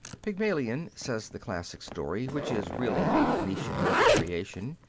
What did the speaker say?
pygmalion, says the classic story, which is really a phcenician myth of creation,